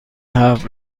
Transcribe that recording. هفت